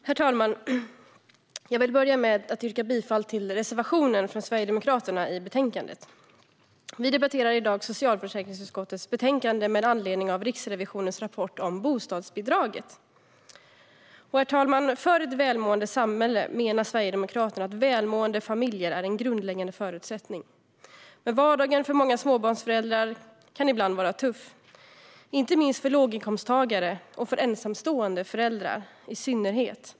Herr talman! Jag vill börja med att yrka bifall till Sverigedemokraternas reservation i betänkandet. Vi debatterar i dag socialförsäkringsutskottets betänkande med anledning av Riksrevisionens rapport om bostadsbidraget. Herr talman! För ett välmående samhälle menar Sverigedemokraterna att välmående familjer är en grundläggande förutsättning. Vardagen kan för många småbarnsföräldrar ibland vara tuff, inte minst för låginkomsttagare och för ensamstående föräldrar i synnerhet.